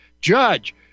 Judge